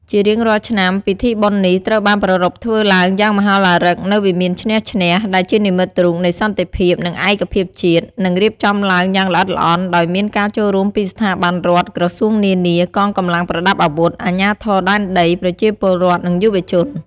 ជារៀងរាល់ឆ្នាំ ពិធីបុណ្យនេះត្រូវបានប្រារព្ធធ្វើឡើងយ៉ាងមហោឡារិកនៅ វិមានឈ្នះ-ឈ្នះ ដែលជានិមិត្តរូបនៃសន្តិភាព នឹងឯកភាពជាតិ និងរៀបចំឡើងយ៉ាងល្អិតល្អន់ ដោយមានការចូលរួមពីស្ថាប័នរដ្ឋ ក្រសួងនានា កងកម្លាំងប្រដាប់អាវុធ អាជ្ញាធរដែនដី ប្រជាពលរដ្ឋ និងយុវជន។